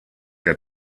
der